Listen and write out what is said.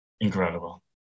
incredible